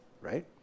Right